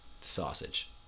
sausage